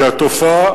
כי התופעה,